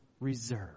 reserve